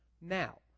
now